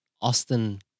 Austin